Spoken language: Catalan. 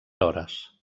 hores